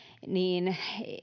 niin